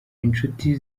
inshuti